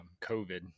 COVID